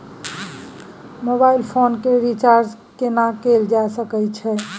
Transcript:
Mobile phone के recharge केना कैल जा सकै छै?